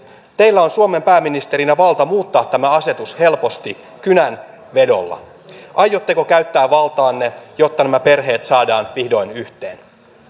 teillä on suomen pääministerinä valta muuttaa tämä asetus helposti kynänvedolla aiotteko käyttää valtaanne jotta nämä perheet saadaan vihdoin yhteen